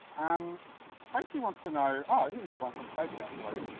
um tracy wants to know. ah here's a good one from tracy, actually.